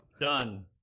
Done